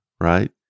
right